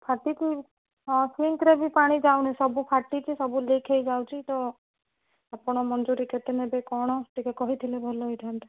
ଫାଟିଛି ହଁ ସିଙ୍କରେ ବି ପାଣି ଯାଉନି ସବୁ ଫାଟିଛି ସବୁ ଲିକ୍ ହେଇଯାଉଛି ତ ଆପଣ ମଜୁରୀ କେତେ ନେବେ କ'ଣ ଟିକିଏ କହିଥିଲେ ଭଲ ହେଇଥାନ୍ତା